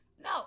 No